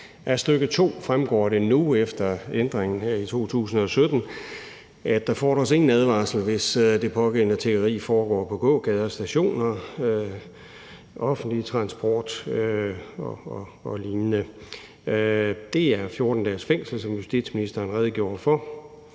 Af stk. 2 fremgår det nu, efter ændringen her i 2017, at der ingen advarsel fordres, hvis det pågældende tiggeri foregår på gågader, stationer, i offentlig transport og lignende. Det er 14 dages fængsel, som justitsministeren redegjorde for,